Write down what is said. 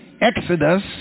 Exodus